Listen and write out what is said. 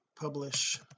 publish